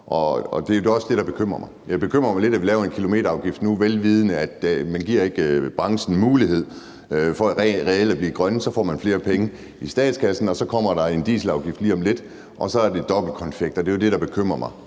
og det er da også det, der bekymrer mig. Det bekymrer mig lidt, at vi nu laver en kilometerafgift, vel vidende at man ikke giver branchen en mulighed for reelt at blive grøn. Så får man flere penge i statskassen, og så kommer der en dieselafgift lige om lidt, og så er det dobbeltkonfekt, og det er jo det, der bekymrer mig.